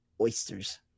oysters